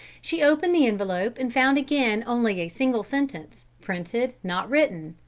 she opened the envelope and found again only a single sentence, printed, not written.